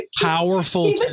powerful